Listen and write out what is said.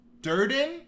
Durden